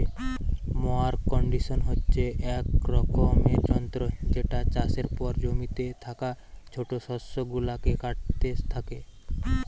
mower conditioner হচ্ছে এক রকমের যন্ত্র যেটা চাষের পর জমিতে থাকা ছোট শস্য গুলাকে কাটতে থাকে